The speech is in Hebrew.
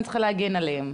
אני צריכה להגן עליהם.